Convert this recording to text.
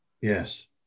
Yes